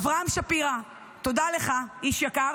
אברהם שפירא, תודה לך, איש יקר.